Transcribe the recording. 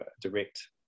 direct